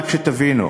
רק שתבינו,